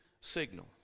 signal